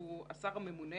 שהוא השר הממונה